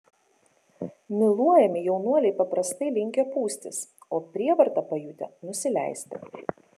myluojami jaunuoliai paprastai linkę pūstis o prievartą pajutę nusileisti